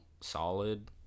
solid